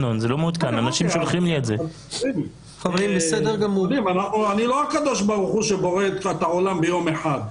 אני לא הקדוש ברוך הוא שבורא את העולם ביום אחד.